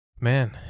man